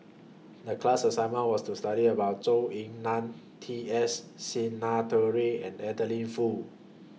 The class assignment was to study about Zhou Ying NAN T S Sinnathuray and Adeline Foo